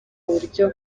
uburyo